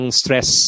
stress